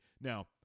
Now